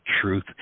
truth